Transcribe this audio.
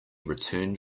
returned